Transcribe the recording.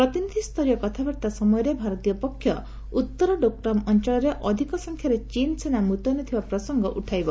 ପ୍ରତିନିଧିସ୍ତରୀୟ କଥାବାର୍ତ୍ତା ସମୟରେ ଭାରତୀୟ ପକ୍ଷ ଉତ୍ତର ଡୋକ୍ଲାମ୍ ଅଞ୍ଚଳରେ ଅଧିକ ସଂଖ୍ୟାରେ ଚୀନ୍ ସେନା ମୁତୟନ ଥିବା ପ୍ରସଙ୍ଗ ଉଠାଇବ